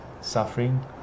suffering